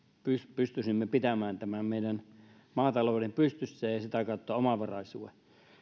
pystyisimme pitämään tämän meidän maatalouden pystyssä ja sitä kautta omavaraisuuden